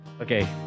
Okay